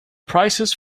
prices